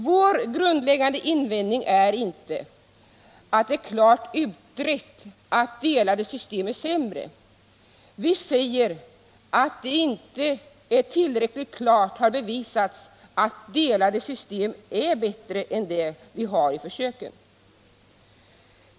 Vår grundläggande invändning är inte att det är klart utrett att delade system är sämre. Vi säger att det inte tillräckligt klart har bevisats att delade system är bättre än det vi har i försöken.